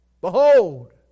behold